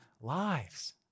lives